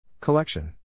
Collection